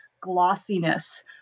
glossiness